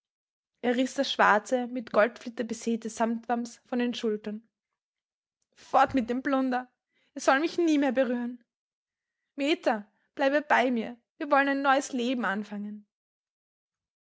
er riß das schwarze mit goldflitter besäte samtwamms von den schultern fort mit dem plunder er soll mich nie mehr berühren meta bleibe bei mir wir wollen ein neues leben anfangen